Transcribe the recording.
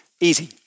Easy